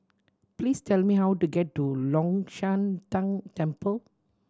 please tell me how to get to Long Shan Tang Temple